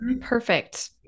Perfect